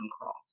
cross